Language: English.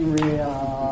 real